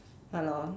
ya lor